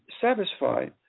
satisfy